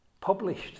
published